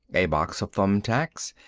a box of thumb tacks,